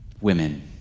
women